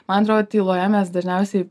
man atrodo tyloje mes dažniausiai